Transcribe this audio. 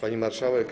Pani Marszałek!